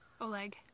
Oleg